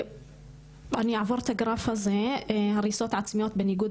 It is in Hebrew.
אני אעבור על הגרף הזה, הריסות עצמיות בניגוד